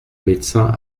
médecin